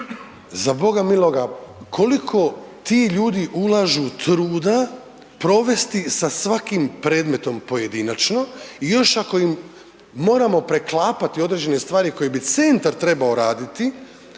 za Boga miloga koliko ti ljudi ulažu truda provesti sa svakim predmetom pojedinačno i još ako im moramo preklapati određene stvari koje bi centar trebao raditi,